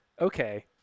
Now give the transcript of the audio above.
Okay